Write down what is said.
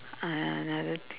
uh another thing